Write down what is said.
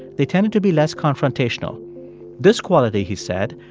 they tended to be less confrontational this quality, he said,